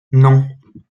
non